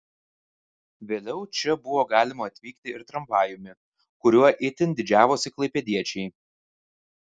vėliau čia buvo galima atvykti ir tramvajumi kuriuo itin didžiavosi klaipėdiečiai